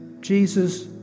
Jesus